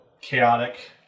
chaotic